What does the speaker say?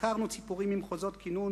עקרנו ציפורים ממחוזות קינון